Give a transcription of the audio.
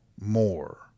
more